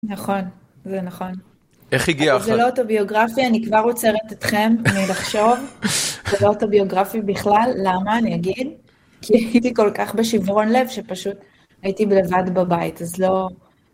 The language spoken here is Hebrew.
נכון, זה נכון. איך הגיעה אחת? אבל זה לא אוטוביוגרפיה, אני כבר עוצרת אתכם מלחשוב. זה לא אוטוביוגרפי בכלל, למה אני אגיד? כי הייתי כל כך בשברון לב, שפשוט הייתי לבד בבית, אז לא...